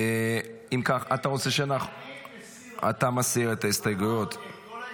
אתה רוצה --- אני מסיר את כל ההסתייגויות.